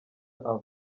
aba